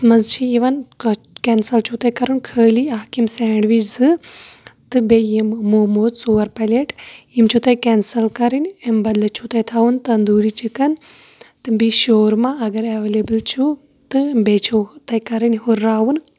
اَتھ منٛز چھِ یِوان کینٛسل چھُ تۄہہِ کَرُن خٲلی اَکھ یِم سینٛڈوِچ زٕ تہٕ بیٚیہِ یِم موموز ژور پَلیٹ یِم چھِو تۄہہِ کینٛسل کَرٕنۍ امہِ بدلہٕ چھُ تۄہہِ تھاوٕنۍ تَنٛدوٗری چِکَن تہٕ بیٚیہِ شورما اگر ایٚولیبٕل چھُو تہٕ بیٚیہِ چھُو تۄہہِ کَرٕنۍ ہُرراوُن